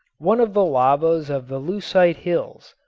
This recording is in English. one of the lavas of the leucite hills,